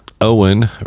owen